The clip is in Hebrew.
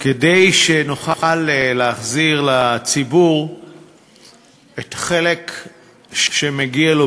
כדי שנוכל להחזיר לציבור את החלק שמגיע לו